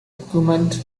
incumbent